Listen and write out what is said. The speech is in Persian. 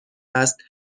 است